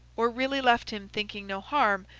or really left him thinking no harm,